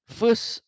first